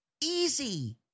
Easy